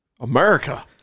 America